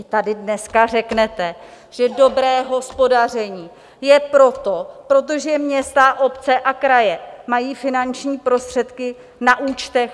Vy tady dneska řeknete, že dobré hospodaření je proto, protože města, obce a kraje mají finanční prostředky na účtech?